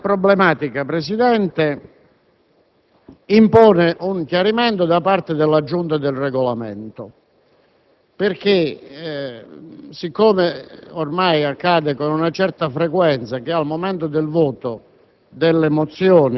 questione, Presidente, impone un chiarimento da parte della Giunta per il Regolamento. Poiché ormai accade con una certa frequenza che al momento del voto